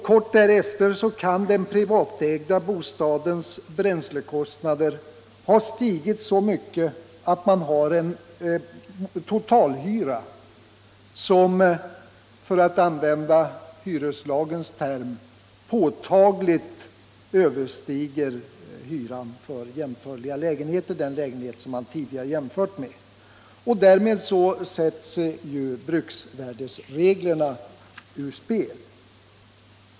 Kort därefter kan den privatägda bostadens bränslekostnader ha stigit så mycket att man har en totalhyra som — för att använda hyreslagens term — påtagligt överstiger hyran för jämförliga lägenheter, dvs. den lägenhet som man tidigare jämfört med. Därmed sätts bruksvärdesreglerna ur spel.